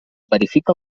verifica